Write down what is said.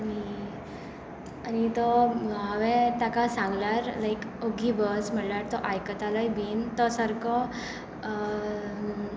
आनी आनी तो हांवें ताका सांगल्यार लायक ओगी बस म्हणल्यार तो आयकतालोय बी तो सारको